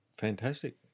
Fantastic